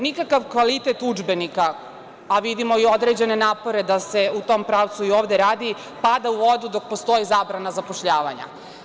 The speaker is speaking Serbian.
Nikakav kvalitet udžbenika, a vidimo i određene napore da se u tom pravcu ovde radi, pada u vodu dok postoji zabrana zapošljavanja.